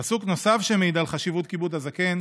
פסוק נוסף שמעיד על חשיבות כיבוד הזקן